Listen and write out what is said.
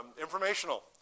informational